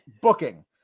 booking